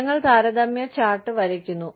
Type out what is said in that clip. ഞങ്ങൾ താരതമ്യ ചാർട്ട് വരയ്ക്കുന്നു